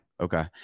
okay